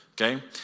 Okay